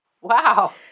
Wow